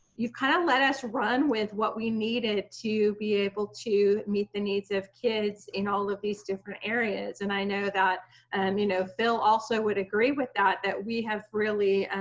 you've kind of let us run with what we needed to be able to meet the needs of kids in all of these different areas. and i know that and you know, phil also would agree with that that we have really,